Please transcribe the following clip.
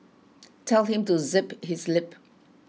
tell him to zip his lip